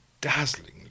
dazzling